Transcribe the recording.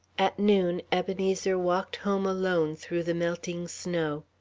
at noon ebenezer walked home alone through the melting snow.